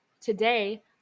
today